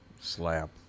slap